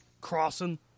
Crossing